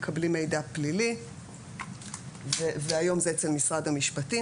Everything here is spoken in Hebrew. מקבלים מידע פלילי והיום זה אצל משרד המשפטים,